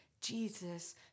Jesus